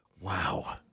Wow